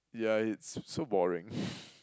yeah it's so boring